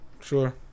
sure